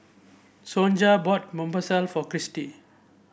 Sonja bought Monsunabe for Kristie